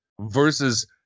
versus